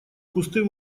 кусты